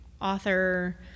author